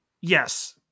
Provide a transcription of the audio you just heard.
Yes